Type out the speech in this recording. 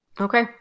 okay